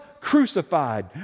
crucified